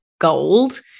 gold